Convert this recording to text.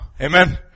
Amen